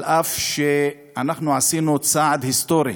על אף שאנחנו עשינו צעד היסטורי,